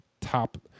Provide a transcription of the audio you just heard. top